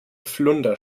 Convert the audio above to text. flunder